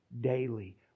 daily